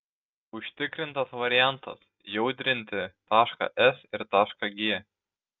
užtikrintas variantas jaudrinti tašką s ir tašką g